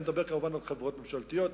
אני מדבר כמובן על חברות ממשלתיות,